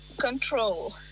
control